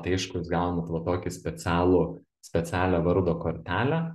tai aišku jūs gaunat va tokį specialų specialią vardo kortelę